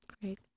Great